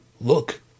look